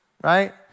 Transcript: right